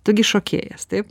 tu gi šokėjas taip